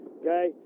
okay